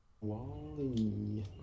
Wally